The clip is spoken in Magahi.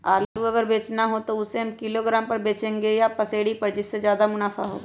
आलू अगर बेचना हो तो हम उससे किलोग्राम पर बचेंगे या पसेरी पर जिससे ज्यादा मुनाफा होगा?